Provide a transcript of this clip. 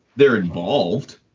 they're involved.